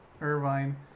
Irvine